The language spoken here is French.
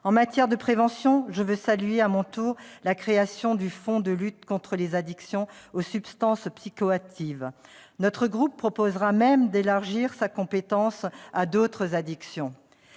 En matière de prévention, je salue à mon tour la création du fonds de lutte contre les addictions aux substances psychoactives. Notre groupe proposera même d'élargir sa compétence à d'autres addictions.